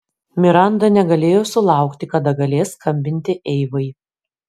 miranda negalėjo sulaukti kada galės skambinti eivai